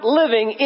living